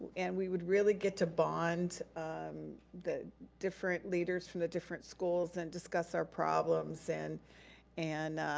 and we would really get to bond the different leaders from the different schools and discuss our problems. and and